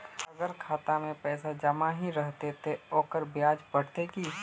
अगर खाता में पैसा जमा ही रहते ते ओकर ब्याज बढ़ते की?